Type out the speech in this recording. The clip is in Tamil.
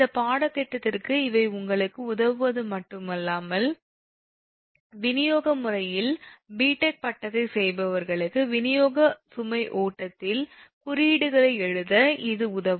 இந்த பாடத்திட்டத்திற்கு இவை உங்களுக்கு உதவுவது மட்டுமல்லாமல் விநியோக முறையில் பிடெக் திட்டத்தை செய்பவர்களுக்கு விநியோகச் சுமை ஓட்டத்தில் குறியீடுகளை எழுத இது உதவும்